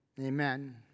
Amen